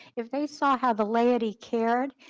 if they saw have a lady cared,